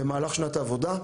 במהלך שנת העובדה,